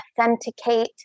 authenticate